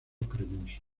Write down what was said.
cremoso